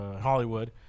Hollywood